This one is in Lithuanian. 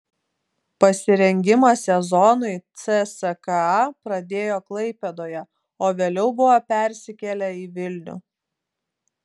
pasirengimą sezonui cska pradėjo klaipėdoje o vėliau buvo persikėlę į vilnių